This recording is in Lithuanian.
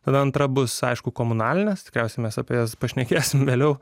tada antrą bus aišku komunalines klausimas apie jas pašnekėsime vėliau